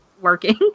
working